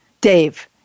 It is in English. Dave